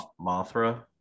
Mothra